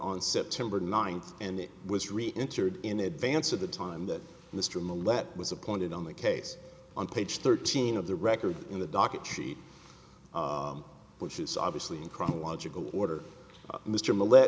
on september ninth and that was reentered in advance of the time that mr mallette was appointed on the case on page thirteen of the record in the docket sheet which is obviously in chronological order mr mallette